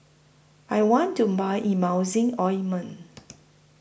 I want to Buy Emulsying Ointment